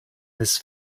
this